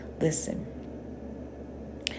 Listen